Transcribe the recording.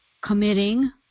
committing